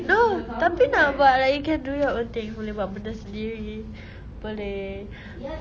no tapi nak buat like you can do your own things boleh buat benda sendiri boleh